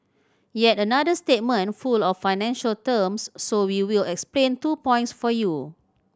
yet another statement full of financial terms so we will explain two points for you